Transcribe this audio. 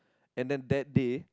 and then that day